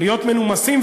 להיות מנומסים,